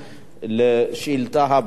לשאילתא הבאה.